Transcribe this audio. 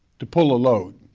to pull a load.